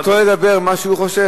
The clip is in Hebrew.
אני לא יכול להסביר את הקשר,